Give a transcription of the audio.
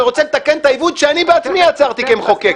ורוצה לתקן את העיוות שאני בעצמי יצרתי כמחוקק,